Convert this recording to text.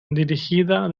dirigida